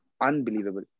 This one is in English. unbelievable